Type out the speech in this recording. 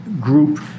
group